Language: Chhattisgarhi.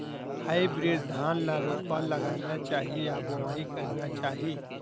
हाइब्रिड धान ल रोपा लगाना चाही या बोआई करना चाही?